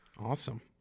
Awesome